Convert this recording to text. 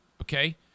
okay